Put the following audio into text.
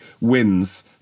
wins